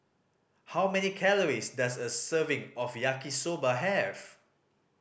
how many calories does a serving of Yaki Soba have